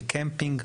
לקמפינג,